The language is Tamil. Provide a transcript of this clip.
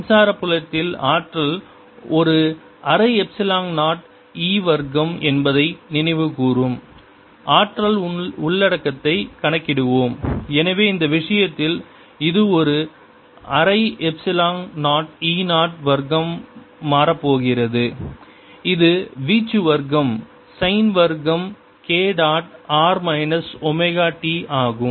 மின்சாரத் புலத்தில் ஆற்றல் ஒரு அரை எப்சிலான் 0 e வர்க்கம் என்பதை நினைவுகூரும் ஆற்றல் உள்ளடக்கத்தைக் கணக்கிடுவோம் எனவே இந்த விஷயத்தில் இது ஒரு அரை எப்சிலான் 0 e 0 வர்க்கம் மாறப் போகிறது இது வீச்சு வர்க்கம் சைன் வர்க்கம் k dot r minus omega t ஆகும்